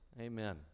Amen